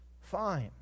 Fine